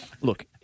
look